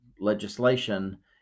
Legislation